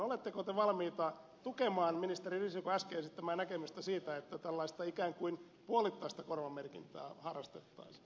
oletteko te valmis tukemaan ministeri risikon äsken esittämää näkemystä siitä että tällaista ikään kuin puolittaista korvamerkintää harrastettaisiin